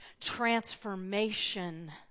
transformation